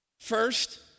First